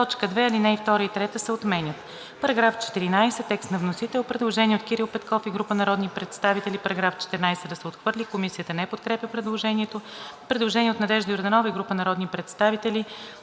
Предложение от Надежда Йорданова и група народни представители: